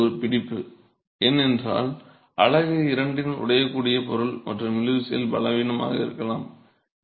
இப்போது அது ஒரு பிடிப்பு ஏனென்றால் அலகு இரண்டின் உடையக்கூடிய பொருள் மற்றும் இழுவிசையில் பலவீனமாக இருக்கலாம்